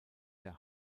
der